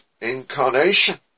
incarnation